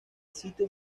sitio